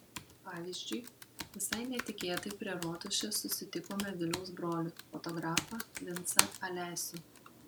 pavyzdžiui visai netikėtai prie rotušės susitikome viliaus brolį fotografą vincą alesių